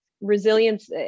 Resilience